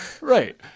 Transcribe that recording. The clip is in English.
Right